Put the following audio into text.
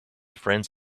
friends